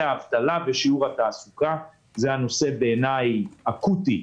האבטלה ושיעור התעסוקה הוא בעיניי נושא אקוטי.